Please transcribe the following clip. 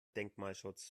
denkmalschutz